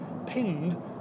pinned